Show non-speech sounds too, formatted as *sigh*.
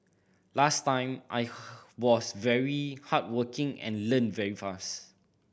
last time I *unintelligible* was very hardworking and learnt very fast